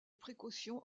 précautions